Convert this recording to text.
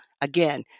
Again